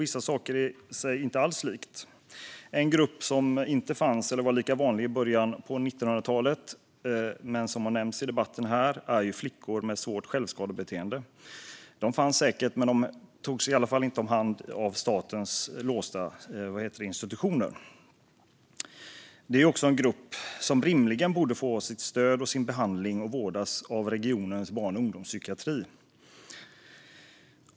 Andra saker är sig inte alls lika. En grupp som inte fanns eller inte var lika vanlig i början av 1900-talet är flickor med svårt självskadebeteende, som tagits upp tidigare i debatten. De fanns säkert men de togs i alla fall inte om hand av statens låsta institutioner. Det här är en grupp som rimligen borde få sitt stöd och sin behandling och vård inom regionens barn och ungdomspsykiatri.